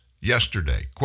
yesterday